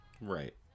Right